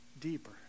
deeper